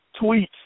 tweets